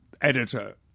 editor